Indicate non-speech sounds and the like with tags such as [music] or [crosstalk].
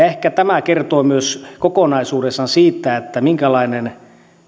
[unintelligible] ehkä tämä kertoo myös kokonaisuudessaan siitä minkälainen